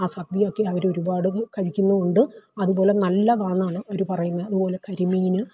ആ സദ്യയൊക്കെ അവര് ഒരുപാടത് കഴിക്കുന്നുമുണ്ട് അതുപോലെ നല്ലതാന്നാണ് അവര് പറയുന്നത് അതുപോലെ കരിമീന്